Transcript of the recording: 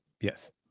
Yes